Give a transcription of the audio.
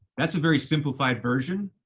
that's a very simplified version.